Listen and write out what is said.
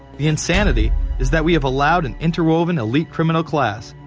the insanity is that we have allowed an interwoven elite criminal class.